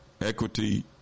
equity